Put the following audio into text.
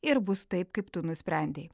ir bus taip kaip tu nusprendei